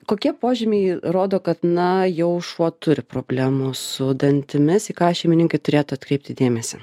kokie požymiai rodo kad na jau šuo turi problemų su dantimis į ką šeimininkai turėtų atkreipti dėmesį